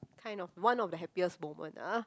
kind of one of the happiest moment ah